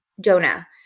Jonah